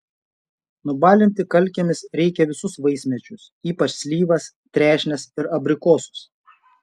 nubalinti kalkėmis reikia visus vaismedžius ypač slyvas trešnes ir abrikosus